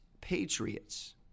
Patriots